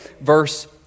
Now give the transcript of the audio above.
verse